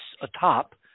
atop